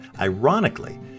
ironically